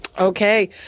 Okay